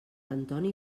antoni